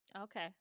okay